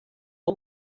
w’u